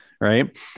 right